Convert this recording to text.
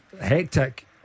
hectic